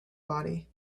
body